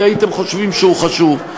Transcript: כי הייתם חושבים שהוא חשוב.